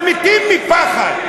ומתים מפחד.